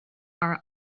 are